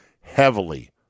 heavily